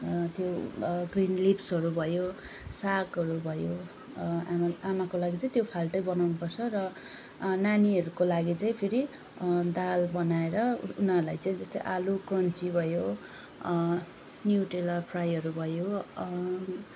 त्यो ग्रीन लिभ्सहरू भयो सागहरू भयो आमा आमाको लागि चाहिँ त्यो फाल्टै बनाउनु पर्छ र नानीहरूको लागि चाहिँ फेरि दाल बनाएर उ उनीहरूलाई चाहिँ जस्तो आलु क्रन्ची भयो न्युट्रेला फ्राइहरू भयो